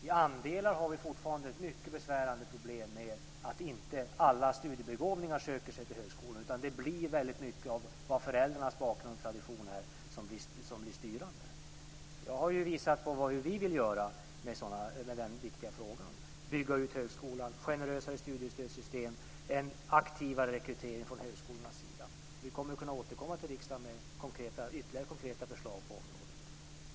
I andelar räknat har vi fortfarande ett mycket besvärande problem med att inte alla studiebegåvningar söker sig till högskolor. Det är i stor utsträckning föräldrarnas bakgrund och tradition som är styrande. Jag har visat på vad vi vill göra i den här viktiga frågan. Det handlar om att bygga ut högskolan och införa ett generösare studiestödssystem. Det handlar också om en aktivare rekrytering från högskolornas sida. Vi kommer att kunna återkomma till riksdagen med ytterligare konkreta förslag på området.